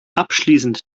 abschließend